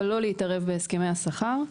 אבל לא להתערב בהסכמי השכר.